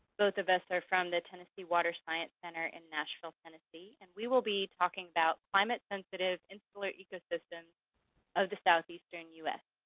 both of us are from the tennessee water science center in nashville, tennessee, and we will be talking about climatesensitive, insular ecosystems of the southeastern us.